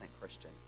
Christian